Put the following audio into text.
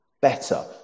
Better